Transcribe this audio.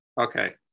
Okay